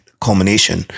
culmination